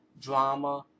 drama